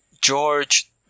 George